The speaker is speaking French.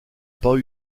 pas